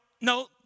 no